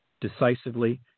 decisively